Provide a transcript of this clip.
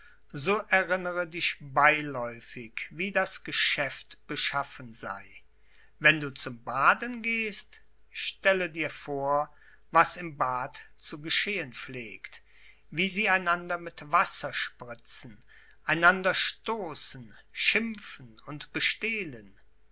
so erinnere dich beiläufig wie das geschäft beschaffen sei wenn du zum baden gehst stelle dir vor was im bad zu geschehen pflegt wie sie einander mit wasser spritzen einander stoßen schimpfen und bestehlen